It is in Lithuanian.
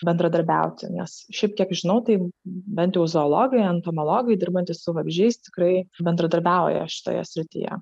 bendradarbiauti nes šiaip kiek žinau tai bent jau zoologai entomologai dirbantys su vabzdžiais tikrai bendradarbiauja šitoje srityje